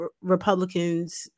Republicans